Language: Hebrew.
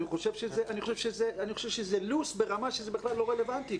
אני חושב שזה loose ברמה שזה בכלל לא רלוונטי,